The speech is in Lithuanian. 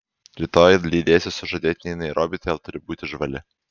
rytoj lydėsi sužadėtinį į nairobį todėl turi būti žvali